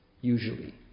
usually